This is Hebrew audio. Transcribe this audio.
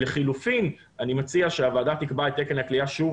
לחילופין אני מציע שהוועדה תקבע את תקן הכליאה שוב